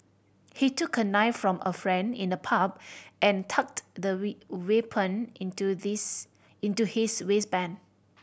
he took a knife from a friend in the pub and tucked the weapon into this into his waistband